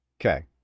Okay